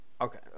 okay